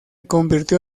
convirtió